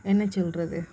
என்ன சொல்கிறது